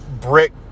brick